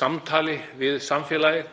samtali við samfélagið.